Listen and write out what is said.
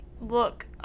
look